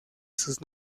sus